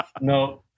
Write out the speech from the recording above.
No